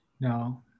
no